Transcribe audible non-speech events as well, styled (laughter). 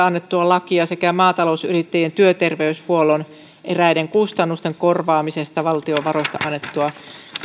(unintelligible) annettua lakia sekä maatalousyrittäjien työterveyshuollon eräiden kustannusten korvaamisesta valtion varoista annettua